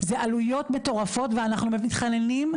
זה עלויות מטורפות ואנחנו מתחננים,